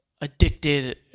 addicted